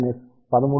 212 13